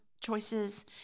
choices